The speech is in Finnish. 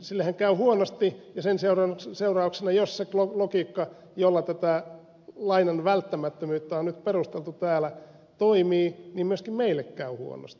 sillehän käy huonosti ja sen seurauksena jos se logiikka jolla tätä lainan välttämättömyyttä on nyt perusteltu täällä toimii myöskin meille käy huonosti